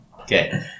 okay